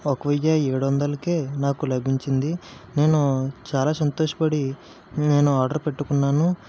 ఒక వెయ్యి ఏడువందలకే నాకు లభించింది నేను చాలా సంతోషపడి నేను ఆర్డర్ పెట్టుకున్నాను